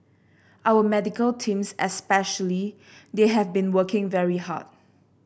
our medical teams especially they have been working very hard